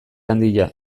handia